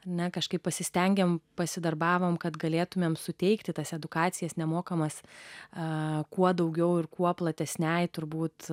ne kažkaip pasistengėme pasidarbavome kad galėtumėm suteikti tas edukacijas nemokamas a kuo daugiau ir kuo platesniam turbūt